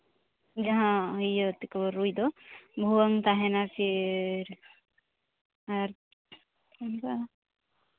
ᱡᱟᱦᱟᱸ ᱤᱭᱟᱹ ᱛᱮᱠᱚ ᱨᱩᱭ ᱫᱚ ᱵᱷᱩᱣᱟᱹᱝ ᱛᱟᱦᱮᱱᱟ ᱟᱨ ᱚᱱᱠᱟ